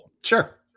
sure